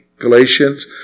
Galatians